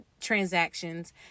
transactions